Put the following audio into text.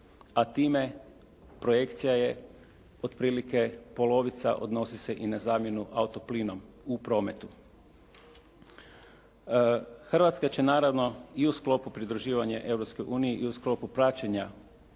a time projekcija je otprilike polovica odnosi se i na zamjenu auto plinom u prometu. Hrvatska će naravno i u sklopu pridruživanja Europskoj uniji i u sklopu praćenja